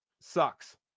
sucks